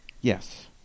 Yes